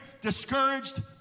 discouraged